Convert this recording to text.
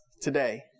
today